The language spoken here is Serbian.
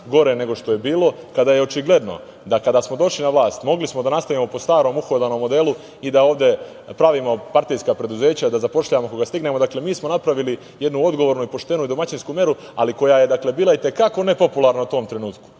gore nego što je bilo, kada je očigledno da kada smo došli na vlast mogli smo da nastavimo po starom uhodanom modelu i da ovde pravimo partijska preduzeća, da zapošljavamo koga stignemo. Dakle, mi smo napravili jednu odgovornu i poštenu domaćinsku meru, ali koja je bila i te kako nepopularna u tom trenutku